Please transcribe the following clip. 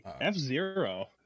F-Zero